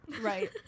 Right